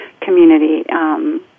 community